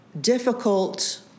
difficult